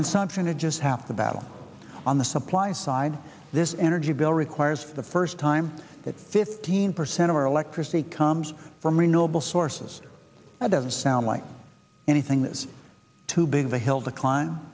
consumption to just half the battle on the supply side this energy bill requires the first time that fifteen percent of our electricity comes from renewable sources that have sound like anything that is too big of a hill